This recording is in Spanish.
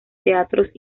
teatros